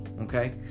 okay